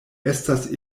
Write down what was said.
estas